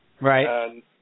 Right